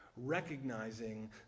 recognizing